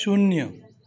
शून्य